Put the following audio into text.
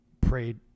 prayed